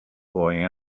boy